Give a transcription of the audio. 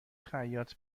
خیاط